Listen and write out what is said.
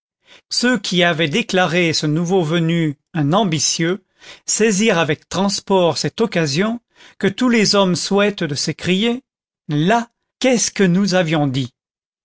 ceux qui avaient déclaré ce nouveau venu un ambitieux saisirent avec transport cette occasion que tous les hommes souhaitent de s'écrier là qu'est-ce que nous avions dit